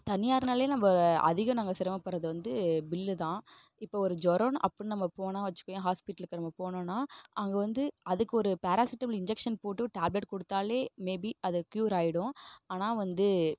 தனியார்னாலே நம்ம அதிகம் நாங்கள் சிரமப்படுகிறது வந்து பில்லு தான் இப்போ ஒரு ஜொரோன்னு அப்பிடின்னு நம்ம போனால் வச்சிக்கியேன் ஹாஸ்பிட்லுக்கு நம்ம போனோம்னா அங்கே வந்து அதுக்கு ஒரு பராசெட்டிமல் இன்ஜெக்ஷன் போட்டு டேப்லெட் கொடுத்தாலே மே பி அது க்யூர் ஆகிடும் ஆனால் வந்து